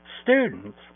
students